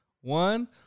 one